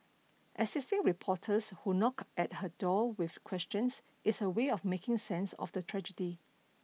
assisting reporters who knock at her door with questions is her way of making sense of the tragedy